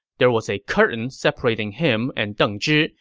there was a curtain separating him and deng zhi,